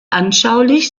anschaulich